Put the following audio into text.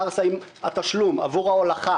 חרסה עם התשלום עבור ההולכה